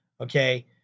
okay